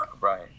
Right